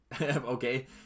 Okay